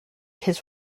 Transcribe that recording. his